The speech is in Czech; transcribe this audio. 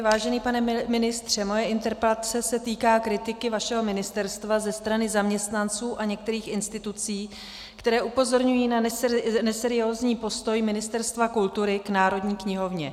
Vážený pane ministře, moje interpelace se týká kritiky vašeho ministerstva ze strany zaměstnanců a některých institucí, které upozorňují na neseriózní postoj Ministerstva kultury k Národní knihovně.